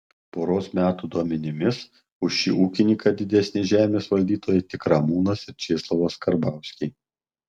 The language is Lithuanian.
poros metų duomenimis už šį ūkininką didesni žemės valdytojai tik ramūnas ir česlovas karbauskiai